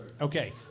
Okay